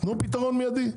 תנו פתרון מידי,